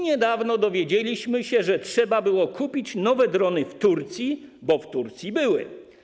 Niedawno dowiedzieliśmy się, że trzeba było kupić nowe drony w Turcji, bo w Turcji były.